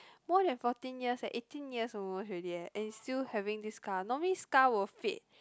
more than fourteen years eh eighteen years almost already eh and it's still having this scar normally scar will fade